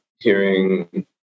hearing